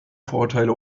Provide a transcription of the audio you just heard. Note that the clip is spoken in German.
vorurteile